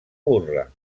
burla